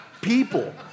people